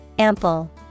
Ample